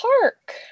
park